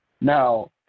Now